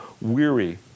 weary